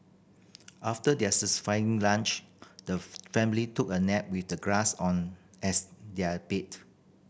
after their satisfying lunch the family took a nap with the grass on as their bed